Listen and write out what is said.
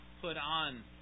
put-on